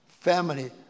family